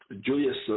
Julius